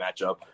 matchup